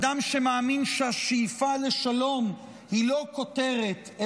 אדם שמאמין שהשאיפה לשלום היא לא כותרת,